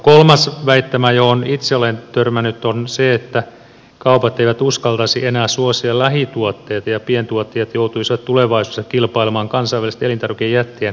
kolmas väittämä johon itse olen törmännyt on se että kaupat eivät uskaltaisi enää suosia lähituotteita ja pientuottajat joutuisivat tulevaisuudessa kilpailemaan kansainvälisten elintarvikejättien kanssa